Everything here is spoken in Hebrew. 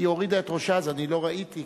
היא הורידה את ראשה ולא ראיתי.